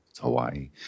Hawaii